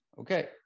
Okay